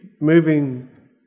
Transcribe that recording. moving